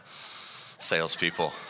Salespeople